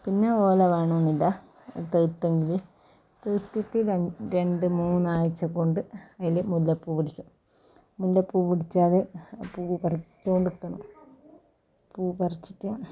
പിന്നെ ഓല വേണമെന്നില്ല തീർത്തെങ്കിൽ തീർത്തിട്ട് രണ്ട് മൂന്ന് ആഴ്ച കൊണ്ട് അതിൽ മുല്ലപ്പൂ പിടിക്കും മുല്ലപ്പൂ പിടിച്ചാൽ പൂ പറിച്ച് കൊടുക്കണം പൂ പറിച്ചിട്ട്